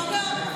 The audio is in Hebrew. זה מעולה.